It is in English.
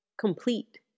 complete